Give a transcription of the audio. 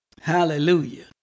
Hallelujah